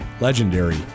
legendary